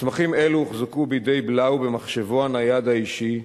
מסמכים אלו הוחזקו בידי בלאו במחשבו הנייד האישי,